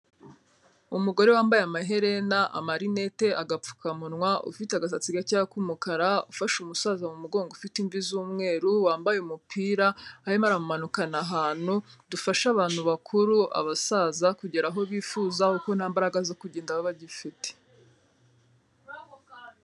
Umugore wambaye amaherena amarinete agapfukamunwa ufite agasatsi gake k'umukara ufashe umusaza mu mugongo ufite imvi z'umweru, wambaye umupira, arimo aramumanukana ahantu. Dufasha abantu bakuru, abasaza kugera aho bifuza kuko nta mbaraga zo kugenda baba bagifite.